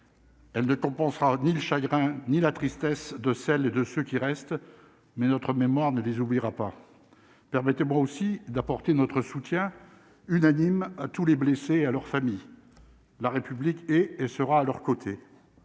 Elle ne compensera ni le chagrin, ni la tristesse de celles et de ceux qui restent, mais notre mémoire ne les oubliera pas permettez-moi aussi d'apporter notre soutien unanime à tous les blessés et à leurs familles, la République est et sera à leurs côtés